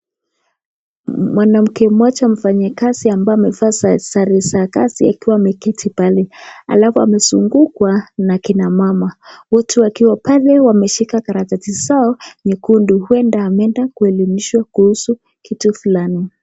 Mwanamke mmoja mfanyikazi ambaye amevaa sare za kazi akiwa ameketi pale, alafu amezungukwa na kina mama. Watu wakiwa pale wameshika karatasi zao nyekundu huenda ameenda kuelimishwa kuhusu kitu fulani.